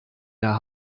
der